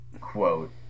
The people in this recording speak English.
quote